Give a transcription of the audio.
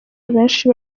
benshi